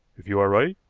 if you are right,